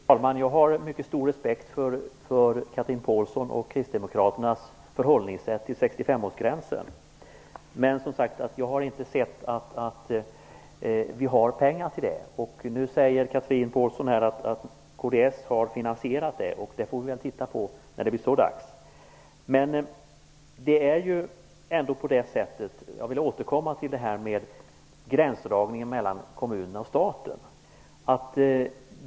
Fru talman! Jag har mycket stor respekt för Chatrine Pålssons och Kristdemokraternas sätt att förhålla sig till 65-årsgränsen. Men jag har inte, som sagt, sett att det finns några pengar till det. Nu säger Chatrine Pålsson att kds har finansierat detta. Vi får väl titta på det när det blir dags för det. Jag vill återkomma till frågan om gränsdragningen mellan kommunerna och staten.